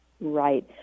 Right